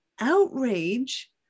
outrage